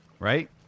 Right